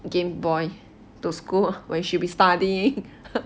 game boy to school where you should be studying